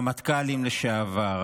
רמטכ"לים לשעבר,